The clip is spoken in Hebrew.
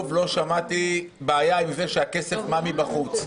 לא שמעתי בעיה עם זה שהכסף בא מבחוץ,